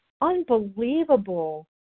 unbelievable